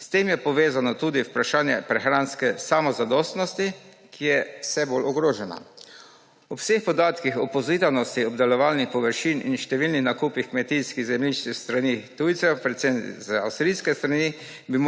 S tem je povezano tudi vprašanje prehranske samozadostnosti, ki je vse bolj ogrožena. Ob vseh podatkih zmanjševanju obdelovalnih površin in številnih nakupih kmetijskih zemljišč s strani tujcev, predvsem z avstrijske strani,